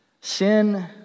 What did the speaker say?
Sin